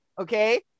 Okay